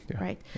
right